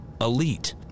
elite